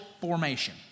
formation